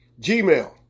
Gmail